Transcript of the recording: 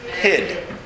hid